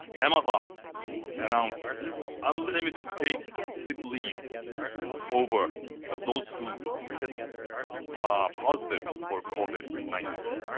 amazon announced unlimited, paid sick leave over for those who test positive for covid nineteen.